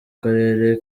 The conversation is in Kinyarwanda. karere